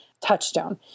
touchstone